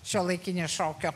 šiuolaikinio šokio